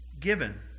given